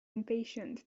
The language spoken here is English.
impatient